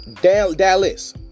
Dallas